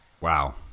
Wow